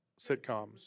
sitcoms